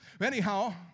Anyhow